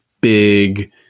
big